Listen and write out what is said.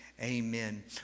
Amen